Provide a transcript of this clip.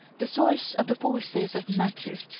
the source of the forces of matter,